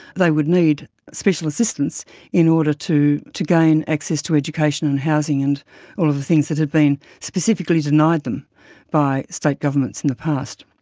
they would need special assistance in order to to gain access to education and housing and all of the things that had been specifically denied them by state governments in the past.